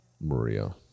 Maria